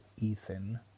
Ethan